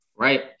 Right